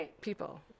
people